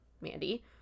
Mandy